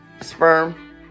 sperm